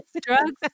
Drugs